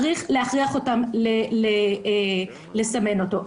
צריך להכריח אותם לסמן אותו.